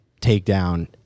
Takedown